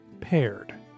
Paired